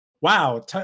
Wow